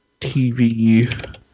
TV